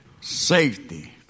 Safety